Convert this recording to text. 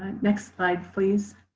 next slide please.